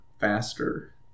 faster